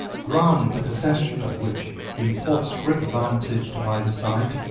ground the possession of which imports great advantage to either side,